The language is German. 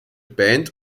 band